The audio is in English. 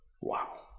Wow